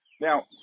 Now